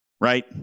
right